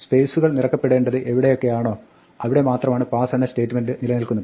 സ്പേസുകൾ നിറക്കപ്പെടേണ്ടത് എവിടെയൊക്കെയാണോ അവിടെ മാത്രമാണ് പാസ്സ് എന്ന സ്റ്റേറ്റ്മെന്റ് നിലനിൽക്കുന്നത്